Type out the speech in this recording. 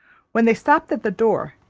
when they stopped at the door,